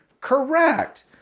Correct